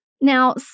now